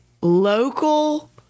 Local